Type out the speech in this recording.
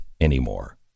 anymore